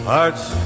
Hearts